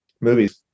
Movies